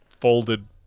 folded